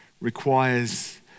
requires